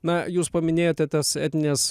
na jūs paminėjote tas etninės